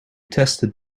tested